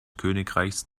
königreichs